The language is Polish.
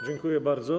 Dziękuję bardzo.